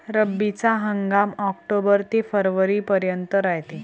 रब्बीचा हंगाम आक्टोबर ते फरवरीपर्यंत रायते